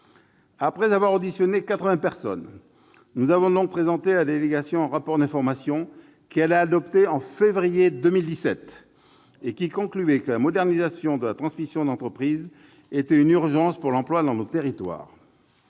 Après avoir auditionné quatre-vingts personnes, nous avons présenté à la délégation un rapport d'information, qu'elle a adopté en février 2017. Il concluait que la modernisation de la transmission d'entreprise était une urgence pour l'emploi dans nos territoires.